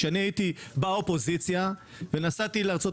כשאני הייתי באופוזיציה ונסעתי לארצות